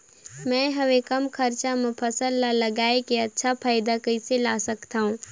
मैं हवे कम खरचा मा फसल ला लगई के अच्छा फायदा कइसे ला सकथव?